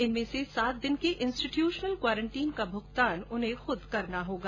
इसमें से सात दिन के इंस्टीट्यूशनल क्वारंटीन का भुगतान उन्हें खुद करना होगा